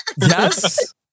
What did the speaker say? Yes